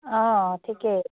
অঁ ঠিকে